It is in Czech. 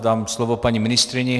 Dám slovo paní ministryni.